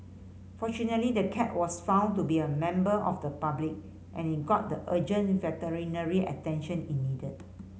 fortunately the cat was found to be a member of the public and it got the urgent veterinary attention it needed